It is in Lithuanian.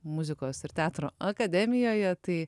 muzikos ir teatro akademijoje tai